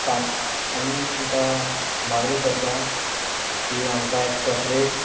सांग आमी तुमकां मागणी करतां की आमकां एक सेपरेट